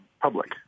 public